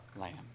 lamb